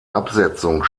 absetzung